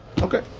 Okay